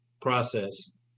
process